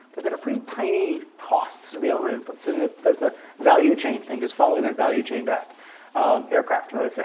but that are pretty tiny costs to the overall input. and that's a ah value chain thing, just following that value chain back aircraft, another thing.